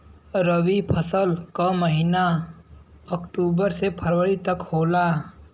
रवी फसल क महिना अक्टूबर से फरवरी तक होला